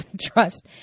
trust